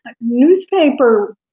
newspaper